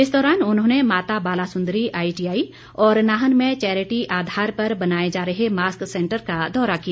इस दौरान उन्होंने माता बालासुंदरी आईटीआई और नाहन में चैरिटी आधार पर बनाए जा रहे मास्क सैंटर का दौरा किया